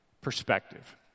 perspective